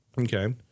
Okay